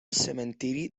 cementiri